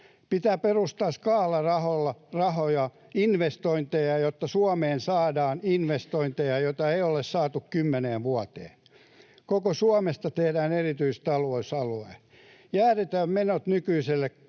pitää perustaa skaalausrahasto investoinneille, jotta Suomeen saadaan investointeja, joita ei ole saatu kymmeneen vuoteen; koko Suomesta tehdään erityistalousalue; jäädytetään menot nykyiselle tasolle.